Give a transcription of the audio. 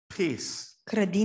peace